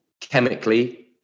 chemically